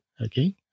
Okay